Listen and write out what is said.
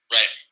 Right